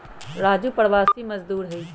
राजू प्रवासी मजदूर हई